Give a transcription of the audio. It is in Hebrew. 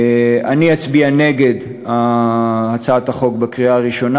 אני אצביע נגד הצעת החוק בקריאה הראשונה.